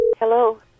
Hello